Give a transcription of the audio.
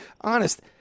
honest